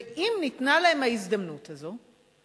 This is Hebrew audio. ואם ניתנה להם ההזדמנות הזאת,